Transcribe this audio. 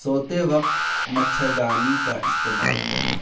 سوتے وقت مچھردانی کا استعمال کرنا